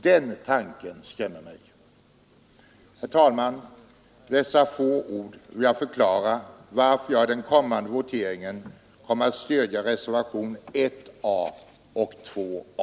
Den tanken skrämmer mig. Herr talman, med dessa få ord vill jag förklara varför jag i den kommande voteringen kommer att stödja reservationerna 1 a och 2 a.